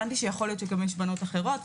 הבנתי שיכול להיות שיש בנות אחרות.